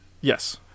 Yes